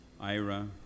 IRA